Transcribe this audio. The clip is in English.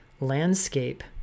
landscape